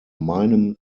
meinem